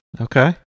Okay